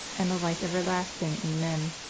and the life everlasting. amen.